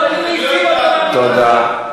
תודה.